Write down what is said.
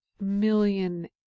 million